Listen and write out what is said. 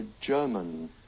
German